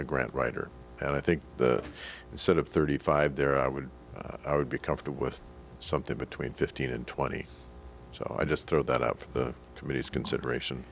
a grant writer and i think the sort of thirty five there i would i would be comfortable with something between fifteen and twenty so i just throw that out for committees consideration